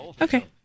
Okay